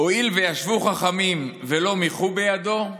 הואיל וישבו חכמים ולא מיחו בידו,